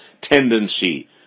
tendency